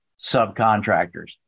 subcontractors